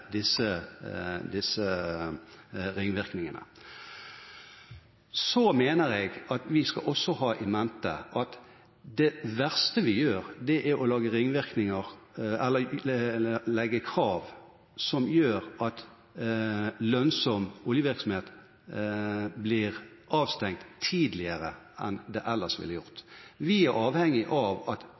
disse ringvirkningene? Så mener jeg at vi også skal ha in mente at det verste vi gjør, er å sette krav som gjør at lønnsom oljevirksomhet blir avstengt tidligere enn den ellers ville blitt. Vi er avhengige av at